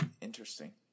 Interesting